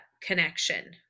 connection